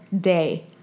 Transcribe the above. day